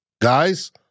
guys